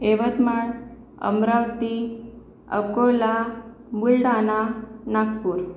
Yavatmal Amravati Akola Buldhana Nagpur